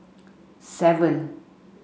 seven